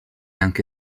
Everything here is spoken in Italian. anche